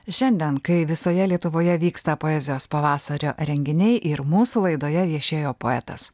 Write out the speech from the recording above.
šiandien kai visoje lietuvoje vyksta poezijos pavasario renginiai ir mūsų laidoje viešėjo poetas